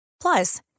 Plus